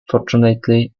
fortunately